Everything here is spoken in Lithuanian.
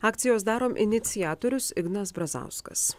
akcijos darom iniciatorius ignas brazauskas